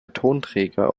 tonträger